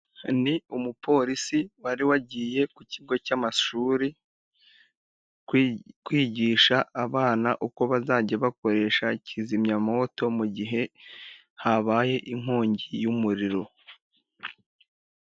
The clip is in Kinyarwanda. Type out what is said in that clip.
Ni umupolisi wari wagiye ku kigo cy'amashuri, kwigisha abana uko bazajya bakoresha kizimyamwoto mu gihe habaye inkongi y'umuriro.